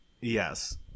Yes